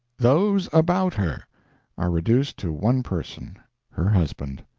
those about her are reduced to one person her husband.